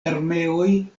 armeoj